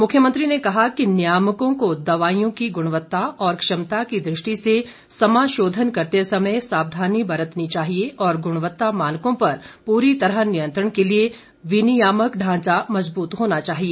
मुख्यमंत्री ने कहा कि नियामकों को दवाईयों की गुणवत्ता और क्षमता की दृष्टि से समाशोधन करते समय सावधानी बरतनी चाहिए और गुणवत्ता मानकों पर पूरी तरह नियंत्रण के लिए विनियामक ढांचा मजबूत होना चाहिए